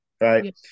Right